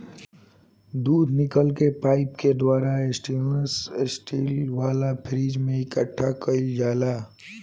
दूध निकल के पाइप के द्वारा स्टेनलेस स्टील वाला फ्रिज में इकठ्ठा कईल जाला